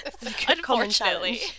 Unfortunately